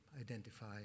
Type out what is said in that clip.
identify